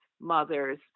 mothers